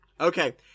Okay